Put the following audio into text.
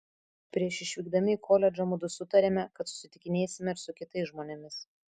prieš išvykdami į koledžą mudu sutarėme kad susitikinėsime su kitais žmonėmis